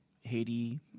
Haiti